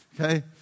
Okay